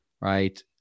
right